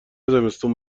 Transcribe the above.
زمستون